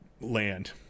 Land